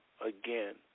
Again